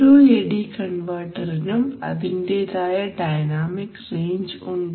ഓരോ എഡി കൺവെർട്ടറിനും അതിന്റെതായ ഡൈനാമിക് റേഞ്ച് ഉണ്ട്